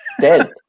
dead